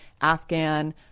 Afghan